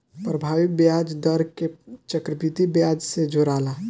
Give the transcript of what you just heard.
प्रभावी ब्याज दर के चक्रविधि ब्याज से जोराला